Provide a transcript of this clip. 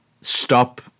stop